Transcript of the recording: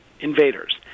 invaders